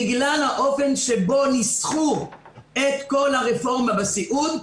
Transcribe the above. בגלל האופן שבו ניסחו את כל הרפורמה בסיעוד,